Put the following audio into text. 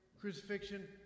crucifixion